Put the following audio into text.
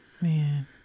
Man